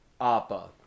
Appa